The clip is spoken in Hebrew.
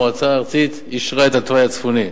אישרה המועצה את התוואי הצפוני,